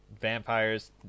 vampires